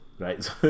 Right